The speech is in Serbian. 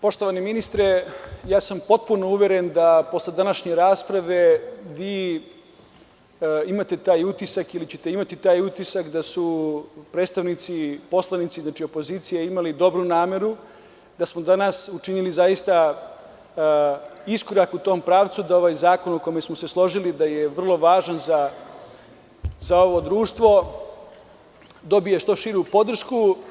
Poštovani ministre, ja sam potpuno uveren da posle današnje rasprave vi imate taj utisak ili ćete imati taj utisak da su poslanici opozicije imali dobru nameru, da smo danas učinili zaista iskorak u tom pravcu, da ovaj zakon o kojem smo se složili da je vrlo važan za ovo društvo dobije što širu podršku.